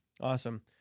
Awesome